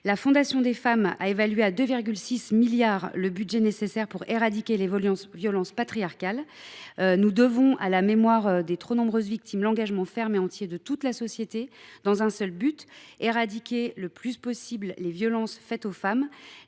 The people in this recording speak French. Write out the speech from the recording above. La Fondation des femmes a évalué à 2,6 milliards d’euros le budget nécessaire pour éradiquer les violences patriarcales. Nous devons, à la mémoire des trop nombreuses victimes, l’engagement ferme et entier de toute la société dans un seul but : éradiquer les violences faites aux femmes.